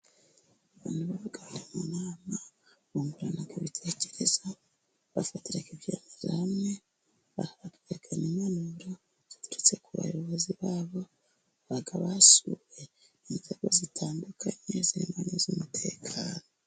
Abantu baba bari mu nama, bungurana kubitekerezo, bafatiraga ibyemezo hamwe, bahana impanuro, ziturutse ku bayobozi babo, basuwe'inzego zitandukanye, zirimo n'iz'umutekano.